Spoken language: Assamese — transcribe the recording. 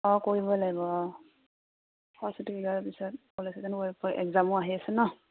অঁ কৰিব লাগিব অঁ অঁ ছুটি হোৱাৰ পিছত ক'লেজত একজামো আহি আছে ন